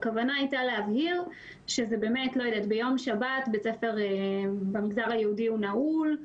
הכוונה הייתה להבהיר שבאמת ביום שבת בית ספר במגזר היהודי הוא נעול,